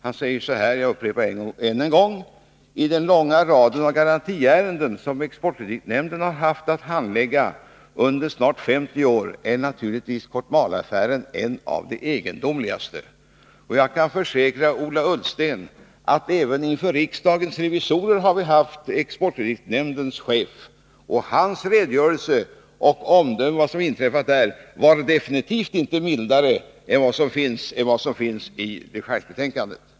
Han säger så här — jag upprepar: ”I den långa raden av garantiärenden som exportkreditnämnden har haft att handlägga under snart femtio år är naturligtvis Kotmaleaffären en av de egendomligaste.” Jag kan försäkra Ola Ullsten att även inför riksdagens revisorer gav chefen för exportkreditnämnden en redogörelse, och hans omdöme om vad som inträffat var absolut inte mildare än dechargebetänkandet.